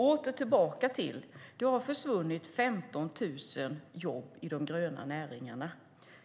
Det har försvunnit 15 000 jobb i de gröna näringarna.